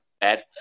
Bad